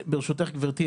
ברשותך גברתי,